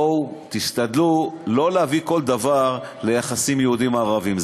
תשתדלו לא להביא כל דבר ליחסים יהודים ערבים.